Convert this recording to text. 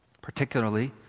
particularly